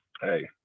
hey